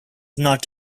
not